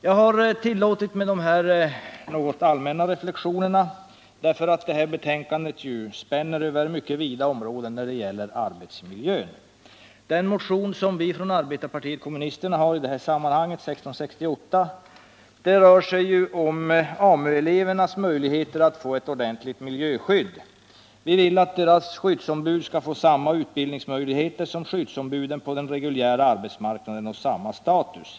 Jag har tillåtit mig att göra dessa något allmänna reflexioner, därför att det här betänkandet spänner över mycket vida områden när det gäller arbetsmiljön. Arbetarpartiet kommunisternas motion i detta sammanhang, nr 1668, gäller AMU-elevernas möjligheter att få ett ordentligt miljöskydd. Vi vill att deras skyddsombud skall få samma utbildningsmöjligheter som skyddsombuden på den reguljära arbetsmarknaden och samma status.